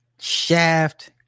shaft